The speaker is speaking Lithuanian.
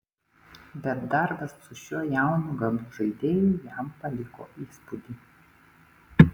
bet darbas su šiuo jaunu gabiu žaidėju jam paliko įspūdį